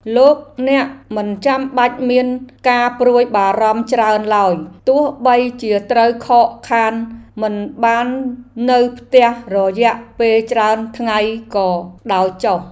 លោកអ្នកមិនចាំបាច់មានការព្រួយបារម្ភច្រើនឡើយទោះបីជាត្រូវខកខានមិនបាននៅផ្ទះរយៈពេលច្រើនថ្ងៃក៏ដោយចុះ។